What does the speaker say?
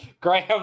Graham